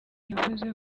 yavuze